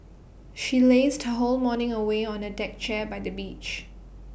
she lazed her whole morning away on A deck chair by the beach